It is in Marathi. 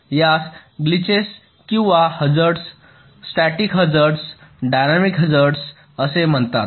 यास ग्लिचेज किंवा hazard static hazard dynamic hazard असे म्हणतात